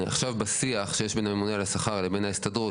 עכשיו בשיח שיש בין הממונה על השכר לבין ההסתדרות,